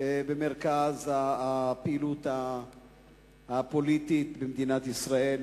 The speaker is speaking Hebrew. במרכז הפעילות הפוליטית במדינת ישראל,